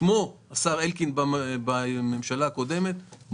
כמו השר אלקין בשבתו בממשלה הקודמת,